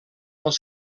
els